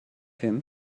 him